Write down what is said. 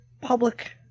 public